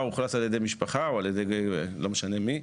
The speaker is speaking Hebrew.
אוכלס על ידי משפחה או על ידי לא משנה מי.